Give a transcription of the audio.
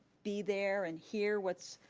be there and hear what's,